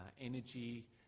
energy